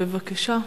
בבקשה.